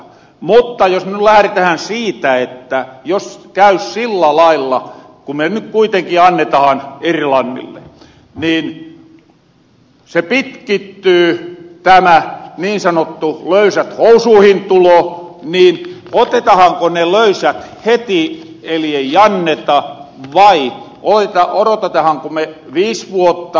mutta jos nyt lähretähän siitä että jos käy sillä lailla kun me nyt kuitenkin annetahan irlannille niin se pitkittyy tämä niin sanottu löysät housuuhin tulo niin otetahanko ne löysät heti eli ei anneta vai odotetahanko me viis vuotta